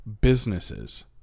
businesses